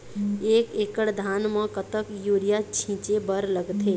एक एकड़ धान म कतका यूरिया छींचे बर लगथे?